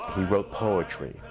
he wrote poetry,